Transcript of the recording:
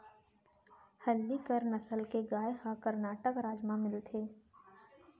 हल्लीकर नसल के गाय ह करनाटक राज म मिलथे